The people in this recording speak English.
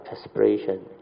aspiration